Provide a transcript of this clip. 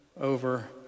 over